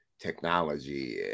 technology